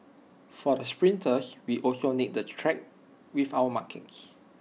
for the sprinters we also need the track with our markings